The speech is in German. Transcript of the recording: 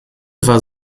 war